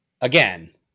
Again